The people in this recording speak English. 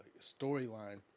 storyline